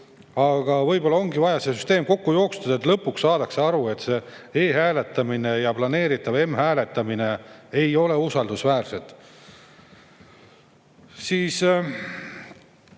Aga võib-olla ongi vaja see süsteem kokku jooksutada, et lõpuks saadaks aru, et e‑hääletamine ja planeeritav m‑hääletamine ei ole usaldusväärsed. Eesti